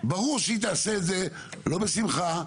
ברור שהיא תעשה את זה לא בשמחה,